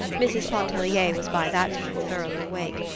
mrs. pontellier was by that time thoroughly awake.